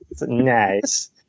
Nice